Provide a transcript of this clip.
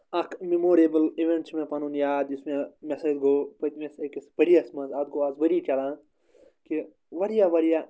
اَکھ memorable event چھِ مےٚ پَنُن یاد یُس مےٚ مےٚ سۭتۍ گوٚو پٔتۍمِس أکِس ؤریَس منٛز اَتھ گوٚو آز ؤری چَلان کہِ واریاہ واریاہ